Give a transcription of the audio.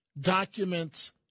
documents